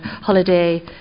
Holiday